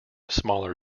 smaller